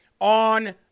on